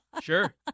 Sure